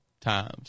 times